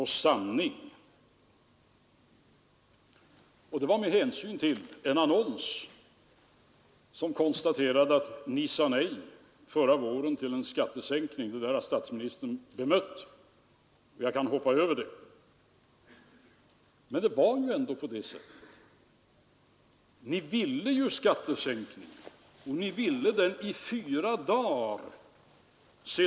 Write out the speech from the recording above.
Med den här prioriteringen som man ständigt gör och som man kan säga går på tvärs med den önskvärda långtidsplaneringen kan det naturligtvis, när det gäller den lilla ram som man har kvar för att prioritera inom, uppstå många intressanta ting som man vill tillgodose.